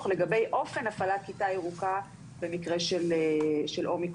לגבי אופן הפעלת כיתה ירוקה במקרה של אומיקרון.